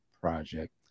project